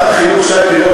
שר החינוך שי פירון,